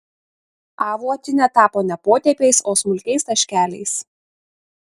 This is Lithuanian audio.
avuotinia tapo ne potėpiais o smulkiais taškeliais